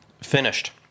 finished